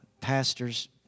pastors